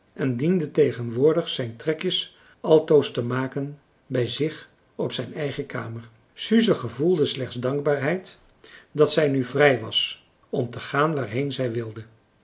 en diende tegenwoordig zijn trekjes altoos te maken bij zich op zijn eigen kamer suze gevoelde slechts dankbaarheid dat zij nu vrij was om te gaan waarheen zij wilde